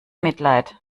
mitleid